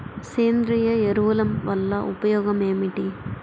సేంద్రీయ ఎరువుల వల్ల ఉపయోగమేమిటీ?